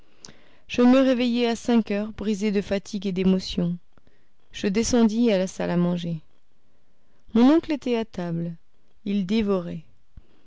je me réveillai à cinq heures brisé de fatigue et d'émotion je descendis à la salle à manger mon oncle était à table il dévorait